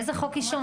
איזה חוק עישון?